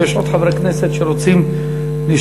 אם יש עוד חברי כנסת שרוצים לשאול,